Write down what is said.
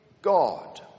God